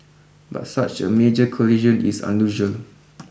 but such a major collision is unusual